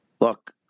Look